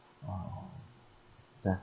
!wow! ya